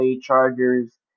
Chargers